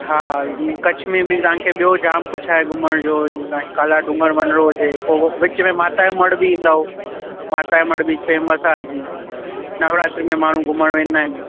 हा जीअं कच्छ में बि तव्हांखे ॿियो जाम कुझु आहे घुमण जो जीअं तव्हांखे काला डूंगर वञिणो हुजे पोइ विच में माता जो मढ़ बि ईंदव माता जो मढ़ बी फ़ेमस आहे जीअं नवरात्री में माण्हू घुमणु वेंदा आहिनि